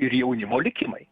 ir jaunimo likimai